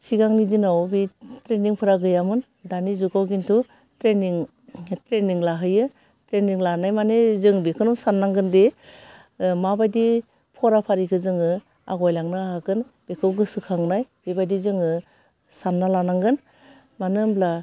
सिगांनि दिनाव बे ट्रेनिंफोरा गैयामोन दानि जुगाव खिन्थु ट्रेनिं ट्रेनिं लाहोयो ट्रेनिं लानाय मानि जों बेखौनो साननांगोनदि माबादि फराफारिखो जोङो आवगायलांनो हागोन बेखौ गोसोखांनाय बेबादि जोङो सानना लानांगोन मानो होमब्ला